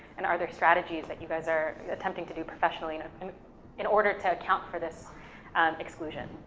and are there strategies that you guys are attempting to do professionally in ah in order to account for this exclusion